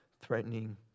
threatening